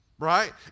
Right